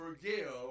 forgive